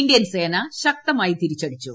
Indian സേന ശക്തമായി തിരിച്ചുടിച്ചു